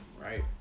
right